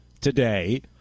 today –